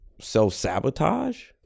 self-sabotage